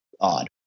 odd